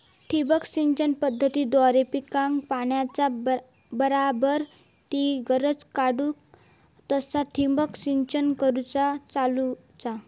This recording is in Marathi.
ठिबक सिंचन पद्धतीद्वारे पिकाक पाण्याचा बराबर ती गरज काडूक तसा ठिबक संच कसा चालवुचा?